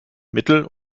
mittel